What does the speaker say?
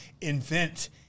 invent